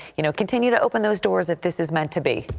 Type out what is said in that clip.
you know continue to open those doors if this is meant to be.